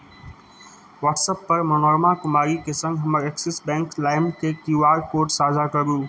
व्हाट्सअपपर मनोरमा कुमारीके सङ्ग हमर एक्सिस बैंक लाइमके क्यू आर कोड साझा करू